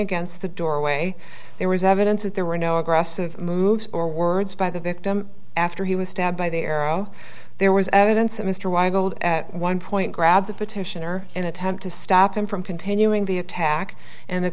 against the doorway there was evidence that there were no aggressive moves or words by the victim after he was stabbed by the arrow there was evidence that mr y gold at one point grabbed the petitioner in attempt to stop him from continuing the attack and the